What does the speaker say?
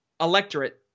electorate